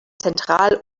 zentral